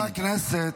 חברי הכנסת.